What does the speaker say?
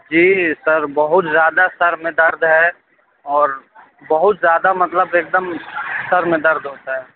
جی sir بہت زیادہ سر میں درد ہے اور بہت زیادہ مطلب ایک دم سر میں درد ہوتا ہے